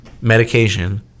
medication